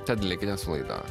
tad likite su laida